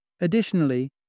Additionally